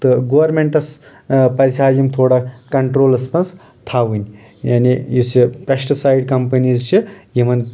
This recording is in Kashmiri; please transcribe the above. تہٕ گورمٮ۪نٹس پزِہا یِم تھوڑا کنٹرولس منٛز تھوٕنۍ یعنے یُس یہِ پٮ۪شٹٕسایڈ کمپنیٖز چھِ یِمن